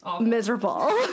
miserable